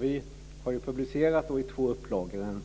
Vi har publicerat en bok i två upplagor,